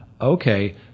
okay